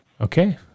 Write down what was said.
Okay